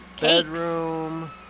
bedroom